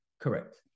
correct